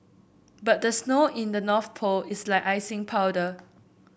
but the snow in the North Pole is like icing powder